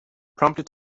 promptly